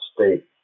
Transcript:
state